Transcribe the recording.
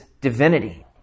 divinity